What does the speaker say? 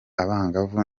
abangavu